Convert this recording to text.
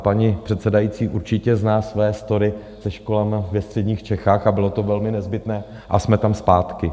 Paní předsedající určitě zná své story se školami ve středních Čechách, a bylo to velmi nezbytné a jsme tam zpátky.